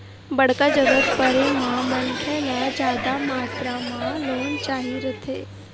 बड़का जरूरत परे म मनखे ल जादा मातरा म लोन चाही रहिथे